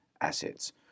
assets